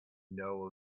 know